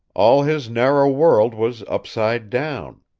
all his narrow world was upside down.